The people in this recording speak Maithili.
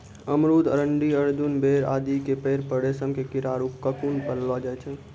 अमरूद, अरंडी, अर्जुन, बेर आदि के पेड़ पर रेशम के कीड़ा आरो ककून पाललो जाय छै